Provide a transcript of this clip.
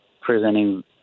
presenting